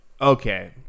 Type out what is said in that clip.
okay